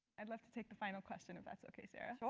i'd love to take the final question if that's okay, sarah. so